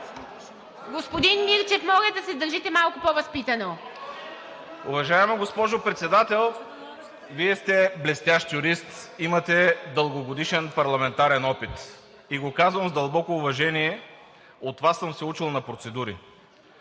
Господин Мирчев, моля да се държите малко по-възпитано. ХАМИД ХАМИД (ДПС): Уважаема госпожо Председател, Вие сте блестящ юрист, имате дългогодишен парламентарен опит. Казвам го с дълбоко уважение – от Вас съм се учил на процедури.